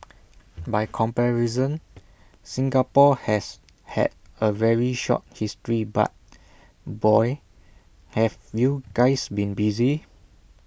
by comparison Singapore has had A very short history but boy have you guys been busy